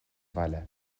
bhaile